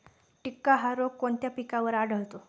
टिक्का हा रोग कोणत्या पिकावर आढळतो?